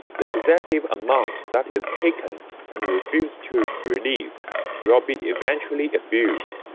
the excessive amount that is taken and refused to release will be eventually abused,